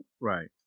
right